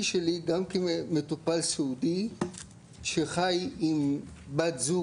גם אומרים שישלחו ניידת, לא מגיעה ניידת.